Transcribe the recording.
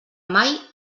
mai